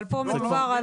אבל פה מדובר -- לא,